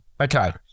Okay